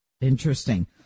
Interesting